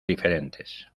diferentes